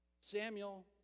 Samuel